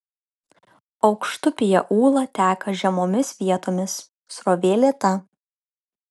aukštupyje ūla teka žemomis vietomis srovė lėta